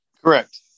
correct